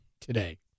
today